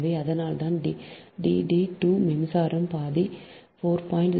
எனவே அதனால்தான் D d 2 மின்சாரம் பாதி 4